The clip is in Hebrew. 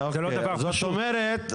זאת אומרת,